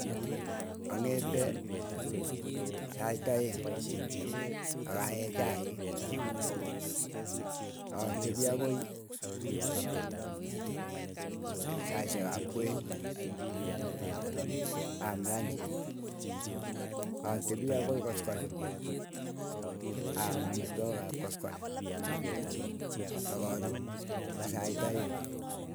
Ang'ete sait aeng, akayee chaik atepi akoi saisyek ap kwen am lunch, atepii akoi koskoleng aam amitwogik ap koskoleng akaruu eng sait aeng.